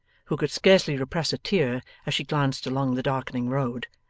who could scarcely repress a tear as she glanced along the darkening road.